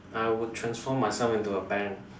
I would transform myself into a bank